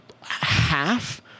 half